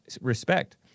respect